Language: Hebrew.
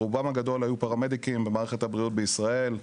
רובם הגדול היו פרמדיקים במערכת הבריאות בישראל,